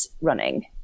running